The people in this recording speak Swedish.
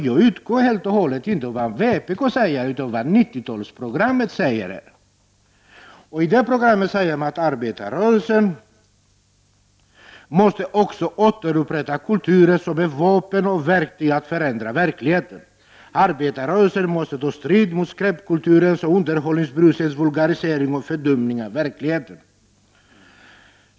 Jag utgår ifrån inte vad vpk säger utan vad socialdemokraternas 90-talsprogram säger: Arbetarrörelsen måste också återupprätta kulturen som ett vapen och verktyg att förändra verkligheten. Arbetarrörelsen måste ta strid mot skräpkulturens och underhållningsbrusets vulgarisering och fördumning av verkligheten.